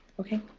ok.